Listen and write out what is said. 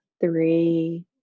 three